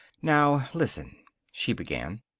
now, listen she began.